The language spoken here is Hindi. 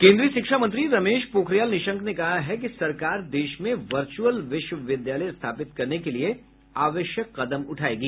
केन्द्रीय शिक्षा मंत्री रमेश पोखरियाल निशंक ने कहा है कि सरकार देश में वर्चअल विश्वविद्यालय स्थापित करने के लिए आवश्यक कदम उठाएगी